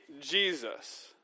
Jesus